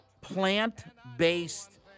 plant-based